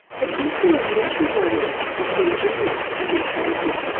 but is there a measurable link between genius and insanity?